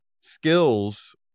skills